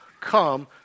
come